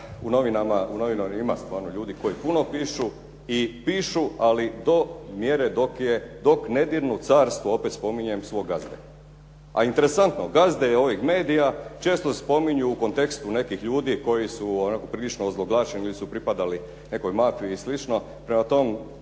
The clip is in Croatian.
u novinama ima stvarno ljudi koji puno pišu, i pišu ali do mjere dok ne dirnu carstvo, opet spominjem, svog gazde. A interesantno gazde ovih medija često spominju u kontekstu nekih ljudi koji su onako prilično ozloglašeni ili su pripadali nekoj mafiji ili